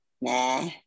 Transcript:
Nah